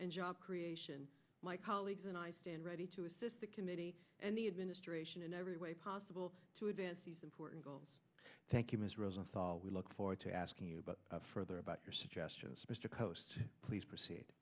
and job creation my colleagues and i stand ready to assist the committee and the administration in every way possible to advance important goals thank you mr rosenthal we look forward to asking you about further about her suggestions mr coast please proceed